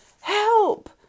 Help